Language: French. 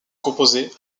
composé